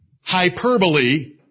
hyperbole